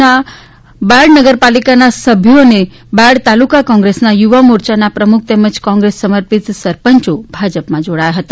ના નગરપાલિકાના સભ્યો અને બાયડ તાલુકા કોંગ્રેસના યુવા મોરચા પ્રમુખ તેમજ કોંગ્રેસ સમર્પિત સરપંચો ભાજપામાં જોડાયા હતા